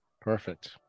perfect